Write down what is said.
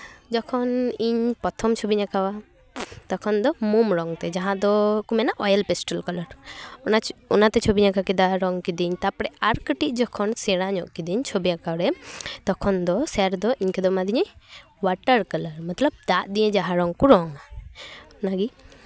ᱡᱚᱠᱷᱚᱱ ᱤᱧ ᱯᱨᱚᱛᱷᱚᱢ ᱪᱷᱚᱵᱤᱧ ᱟᱸᱠᱟᱣᱟ ᱛᱚᱠᱷᱚᱱ ᱫᱚ ᱢᱳᱢ ᱨᱚᱝ ᱛᱮ ᱡᱟᱦᱟᱸ ᱫᱚᱠᱚ ᱢᱮᱱᱟ ᱳᱭᱮᱞ ᱯᱮᱥᱴᱟᱞ ᱠᱟᱞᱟᱨ ᱚᱱᱟ ᱚᱱᱟᱛᱮ ᱪᱷᱚᱵᱤᱧ ᱟᱸᱠᱟ ᱠᱮᱫᱟ ᱨᱚᱝ ᱠᱤᱫᱟᱹᱧ ᱛᱟᱨᱯᱚᱨᱮ ᱟᱨ ᱠᱟᱹᱴᱤᱡ ᱡᱚᱠᱷᱚᱱ ᱥᱮᱬᱟ ᱧᱚᱜ ᱠᱤᱫᱟᱹᱧ ᱪᱷᱚᱵᱤ ᱟᱸᱠᱟᱣᱨᱮ ᱛᱚᱠᱷᱚᱱ ᱫᱚ ᱥᱮᱨ ᱫᱚ ᱤᱧ ᱠᱷᱟᱛᱟᱭ ᱮᱢᱟ ᱫᱤᱧᱟᱭ ᱳᱣᱟᱴᱟᱨ ᱠᱟᱞᱟᱨ ᱢᱚᱛᱞᱚᱵᱽ ᱫᱟᱜ ᱫᱤᱭᱮ ᱡᱟᱦᱟᱸ ᱨᱚᱝ ᱠᱚ ᱨᱚᱝᱟ ᱚᱱᱟᱜᱮ